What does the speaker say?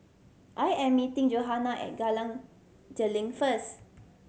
I am meeting Johanna at first